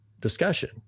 discussion